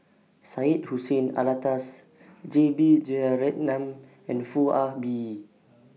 Syed Hussein Alatas J B Jeyaretnam and Foo Ah Bee